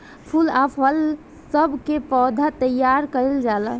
फूल आ फल सब के पौधा तैयार कइल जाला